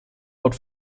out